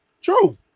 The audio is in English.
true